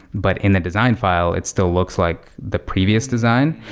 but in the design file, it still looks like the previous design.